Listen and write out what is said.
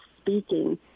speaking